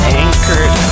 anchored